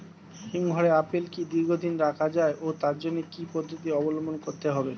হিমঘরে আপেল কি দীর্ঘদিন রাখা যায় ও তার জন্য কি কি পদ্ধতি অবলম্বন করতে হবে?